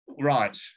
Right